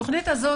התוכנית הזו